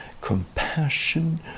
compassion